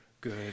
good